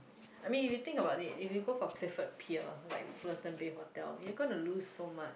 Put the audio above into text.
I mean if you think about it if you go for Clifford-Pier like Flotten Base Hotel you are going to lost so much